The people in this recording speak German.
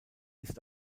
ist